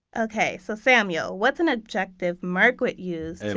okay. so samuel, what's an objective merk would use, and